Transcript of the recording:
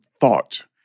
thought